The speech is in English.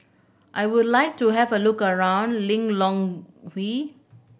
I would like to have a look around Lilongwe